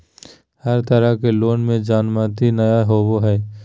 हर तरह के लोन में जमानती नय होबो हइ